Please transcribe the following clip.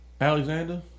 Alexander